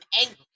angry